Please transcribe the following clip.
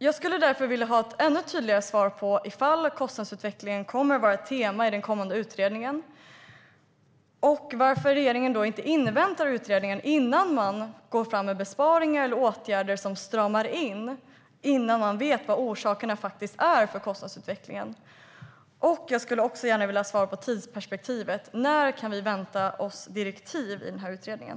Jag skulle därför vilja ha ett ännu tydligare svar på ifall kostnadsutvecklingen kommer att vara ett tema i den kommande utredningen och varför regeringen inte inväntar utredningen innan man går fram med besparingar eller åtgärder som stramar åt innan man vet vad orsakerna till kostnadsutvecklingen faktiskt är. Jag skulle också gärna vilja ha svar på tidsperspektivet. När kan vi vänta oss direktiv till utredningen?